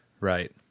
right